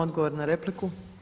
Odgovor na repliku.